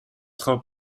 тухай